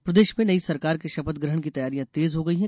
शपथ तैयारी प्रदेश में नई सरकार के शपथ ग्रहण की तैयारियां तेज हो गई हैं